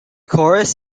chorus